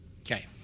Okay